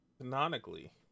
canonically